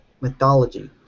mythology